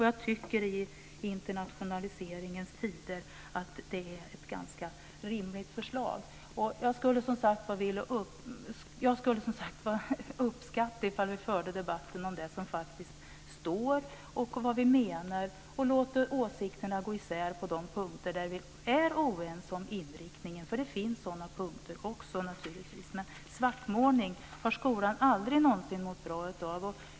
Jag tycker, i internationaliseringens tider, att det är ett ganska rimligt förslag. Jag skulle som sagt uppskatta om vi förde debatten om det som faktiskt står och vad vi menar och låter åsikterna gå isär på de punkter där vi är oense om inriktningen, för det finns sådana punkter också naturligtvis. Men svartmålning har skolan aldrig någonsin mått bra av.